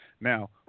Now